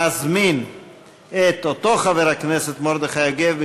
מזמין את אותו חבר הכנסת מרדכי יוגב,